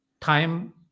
time